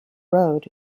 road